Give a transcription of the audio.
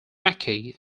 mckay